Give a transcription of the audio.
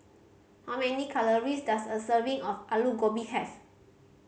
how many calories does a serving of Alu Gobi have